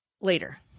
Later